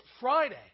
Friday